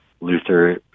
Luther